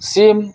ᱥᱤᱢ